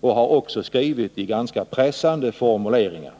och har också skrivit i ganska pressande formuleringar.